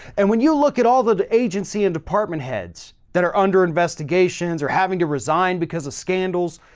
and when you look at all the agency and department heads that are under investigation or having to resign because of scandals,